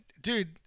dude